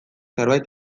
zerbait